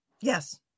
Yes